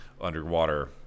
underwater